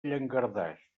llangardaix